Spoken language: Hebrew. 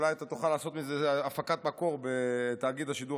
אולי תוכל לעשות מזה הפקת מקור בתאגיד השידור